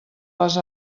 les